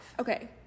Okay